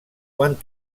quan